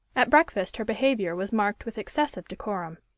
at breakfast her behaviour was marked with excessive decorum.